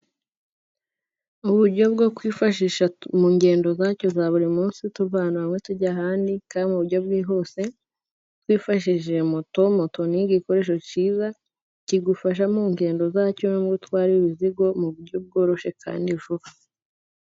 Mu buryo bwo kwifashisha mu ngendo zacu za buri munsi, tuva ahantu hamwe tujya ahandi kandi mu buryo bwihuse, twifashishije moto. Moto ni igikoresho cyiza kigufasha mu ngendo zacyo no gutwara imizigo mu buryo bworoshye kandi vuba.